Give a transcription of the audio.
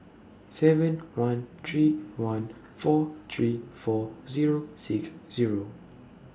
seven one three one four three four Zero six Zero